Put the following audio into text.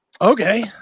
okay